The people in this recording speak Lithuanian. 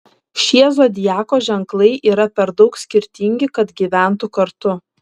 šie zodiako ženklai yra per daug skirtingi kad gyventų kartu